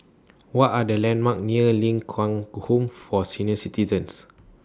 What Are The landmarks near Ling Kwang Home For Senior Citizens